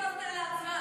עצרתי את השעון מלכת.